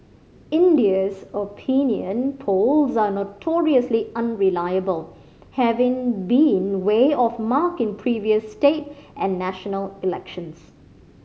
India's opinion polls are notoriously unreliable having been way off mark in previous state and national elections